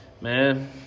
Man